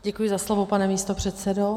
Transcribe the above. Děkuji za slovo, pane místopředsedo.